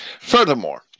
Furthermore